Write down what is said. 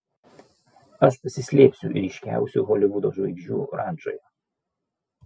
aš pasislėpsiu ryškiausių holivudo žvaigždžių rančoje